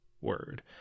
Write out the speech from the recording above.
word